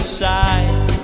side